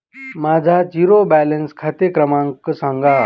माझा zero balance खाते क्रमांक सांगा